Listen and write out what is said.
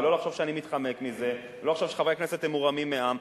ולא לחשוב שאני מתחמק מזה ולא לחשוב שחברי הכנסת הם מורמים מעם.